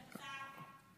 זה מחטף.